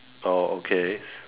oh okay